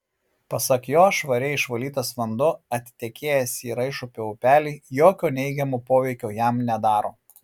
pasak jo švariai išvalytas vanduo atitekėjęs į raišupio upelį jokio neigiamo poveikio jam nedaro